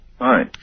Hi